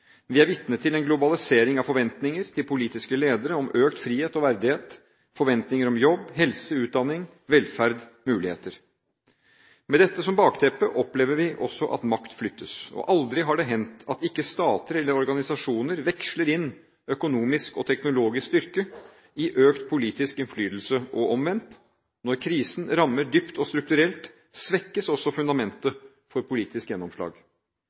Vi er vitne til en globalisering av forventninger – til politiske ledere, om økt frihet og verdighet – forventninger om jobb, helse, utdanning, velferd, muligheter. Med dette som bakteppe opplever vi også at makt flyttes. Og aldri har det hendt at ikke stater eller organisasjoner veksler inn økonomisk og teknologisk styrke i økt politisk innflytelse – og omvendt: Når krisen rammer dypt og strukturelt, svekkes også fundamentet for politisk gjennomslag.